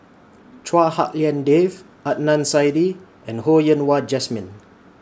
Chua Hak Lien Dave Adnan Saidi and Ho Yen Wah Jesmine